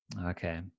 okay